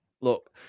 look